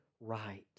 right